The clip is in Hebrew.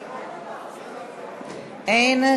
אין.